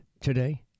today